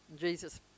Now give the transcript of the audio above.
jesus